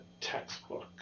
textbook